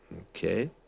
Okay